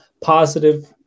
positive